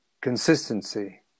Consistency